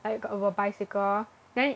like a bicycle then you